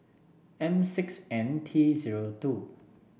M six N T zero two